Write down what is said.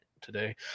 today